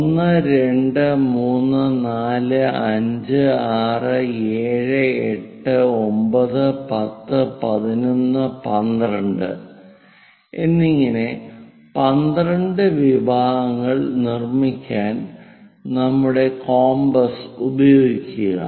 1 2 3 4 5 6 7 8 9 10 11 12 എന്നിങ്ങനെ 12 വിഭാഗങ്ങൾ നിർമ്മിക്കാൻ നമ്മുടെ കോമ്പസ് ഉപയോഗിക്കുക